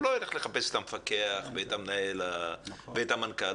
הוא לא ילך לחפש את המפקח ואת המנהל ואת המנכ"ל.